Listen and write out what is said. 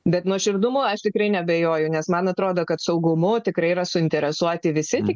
bet nuoširdumo aš tikrai neabejoju nes man atrodo kad saugumu tikrai yra suinteresuoti visi tik